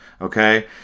Okay